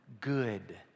good